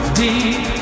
deep